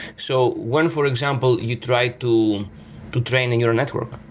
so one, for example, you try to to train a neural network,